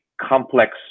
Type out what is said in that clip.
complex